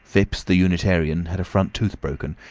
phipps, the unitarian, had a front tooth broken,